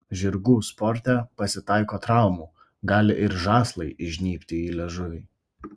žirgų sporte pasitaiko traumų gali ir žąslai įžnybti į liežuvį